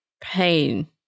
pain